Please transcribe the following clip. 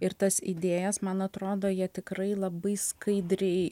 ir tas idėjas man atrodo jie tikrai labai skaidriai